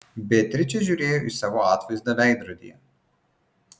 beatričė žiūrėjo į savo atvaizdą veidrodyje